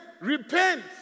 repent